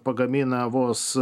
pagamina vos